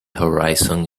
horizon